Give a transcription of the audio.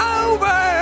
over